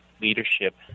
leadership